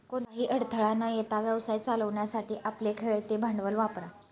कोणताही अडथळा न येता व्यवसाय चालवण्यासाठी आपले खेळते भांडवल वापरा